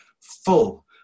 full